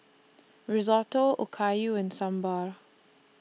Risotto Okayu and Sambar